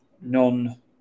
non-